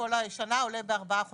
כל שנה עולה בארבעה חודשים.